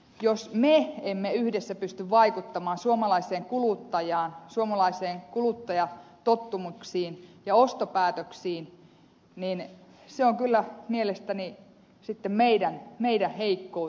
jos me emme yhdessä pysty vaikuttamaan suomalaiseen kuluttajaan suomalaisen kuluttajatottumuksiin ja ostopäätöksiin niin se on kyllä mielestäni sitten meidän heikkoutemme